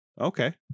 Okay